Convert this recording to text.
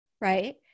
right